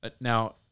now